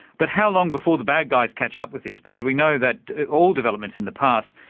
but how long before the bad guys catch up with this? because we know that all developments in the past,